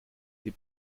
die